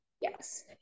Yes